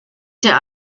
der